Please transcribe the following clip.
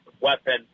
weapon